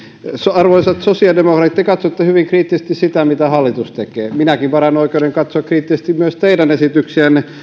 arvoisat sosiaalidemokraatit te katsotte hyvin kriittisesti sitä mitä hallitus tekee minäkin varaan oikeuden katsoa kriittisesti myös teidän esityksiänne